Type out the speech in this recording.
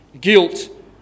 guilt